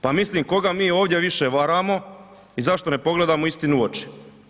Pa mislim, koga mi ovdje više varamo i zašto ne pogledamo istini u oči?